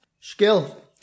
Skill